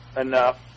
enough